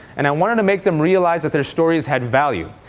and i wanted to make them realize that their stories had value.